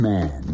Man